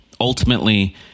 Ultimately